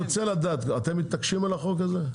אתם מתעקשים על החוק הזה?